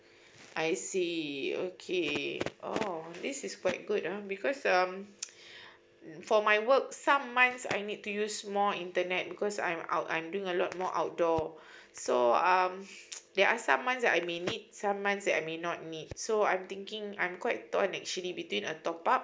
I see okay oh this is quite good ah because um for my work some month I need to use more internet because I'm out~ I'm doing a lot more outdoor so um there are some months that I may need some month that I may not need so I'm thinking I'm quite don't want actually between a top up